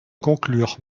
conclure